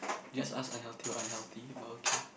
just ask unhealthy or unhealthy but okay